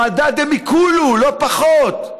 ועדה דמיקולו, לא פחות.